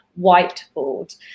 whiteboard